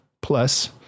plus